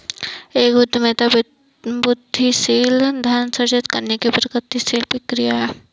एक उद्यमिता वृद्धिशील धन सृजित करने की गतिशील प्रक्रिया है